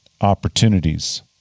opportunities